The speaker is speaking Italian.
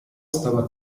stava